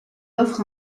offre